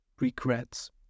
regrets